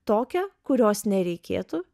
tokią kurios nereikėtų